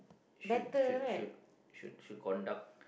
should should should should should conduct